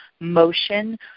motion